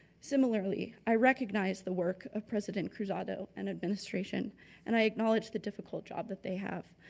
similarly, i recognized the work of president cruzado and administration and i acknowledge the difficult job that they have.